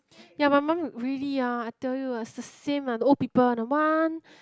ya my mum really ah I tell you ah it's the same ah the old people ah the one